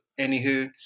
anywho